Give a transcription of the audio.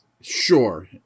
Sure